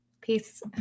Peace